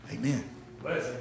Amen